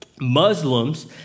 Muslims